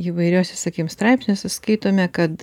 įvairiuose sakykim straipsniuose skaitome kad